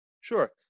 Sure